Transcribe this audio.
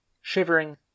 shivering